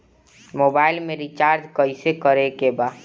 Mobile में recharge कइसे करे के बा?